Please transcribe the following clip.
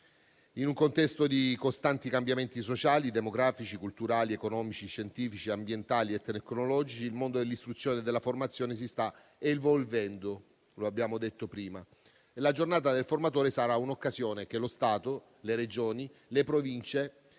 In un contesto di costanti cambiamenti sociali, demografici, culturali, economici, scientifici, ambientali e tecnologici, il mondo dell'istruzione e della formazione si sta evolvendo, come abbiamo detto prima, e la Giornata del formatore sarà un'occasione che lo Stato, le Regioni, le Province